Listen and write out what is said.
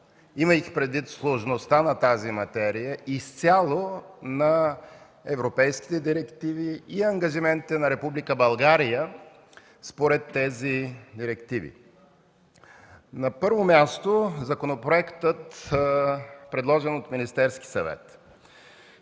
имайки предвид сложността на тази материя, изцяло на европейските директиви и ангажиментите на Република България според тези директиви. Първо, по законопроекта, предложен от Министерския съвет.